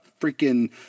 freaking